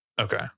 Okay